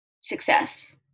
success